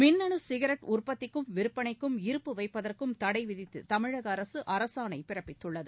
மின்னு சிகரெட் உற்பத்திக்கும் விற்பனைக்கும் இருப்பு வைப்பதற்கும் தடை விதித்து தமிழக அரசு அரசாணை பிறப்பித்துள்ளது